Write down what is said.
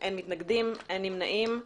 אין מתנגדים, אין נמנעים.